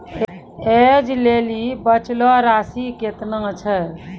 ऐज लेली बचलो राशि केतना छै?